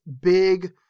big